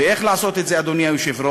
ואיך לעשות את זה, אדוני היושב-ראש?